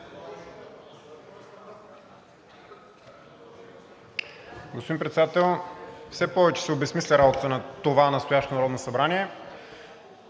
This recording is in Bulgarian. Господин Председател, все повече се обезсмисля работата на това настоящо Народно събрание.